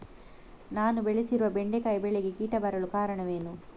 ನಾನು ಬೆಳೆಸಿರುವ ಬೆಂಡೆಕಾಯಿ ಬೆಳೆಗೆ ಕೀಟ ಬರಲು ಕಾರಣವೇನು?